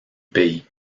pays